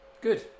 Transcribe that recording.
Good